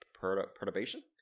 Perturbation